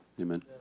amen